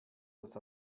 das